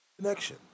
Connection